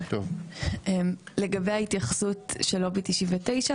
לגבי ההתייחסות של לובי 99,